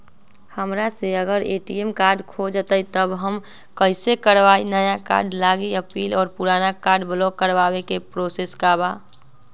हमरा से अगर ए.टी.एम कार्ड खो जतई तब हम कईसे करवाई नया कार्ड लागी अपील और पुराना कार्ड ब्लॉक करावे के प्रोसेस का बा?